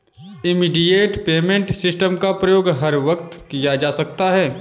immediate payment system का प्रयोग हर वक्त किया जा सकता है